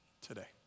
today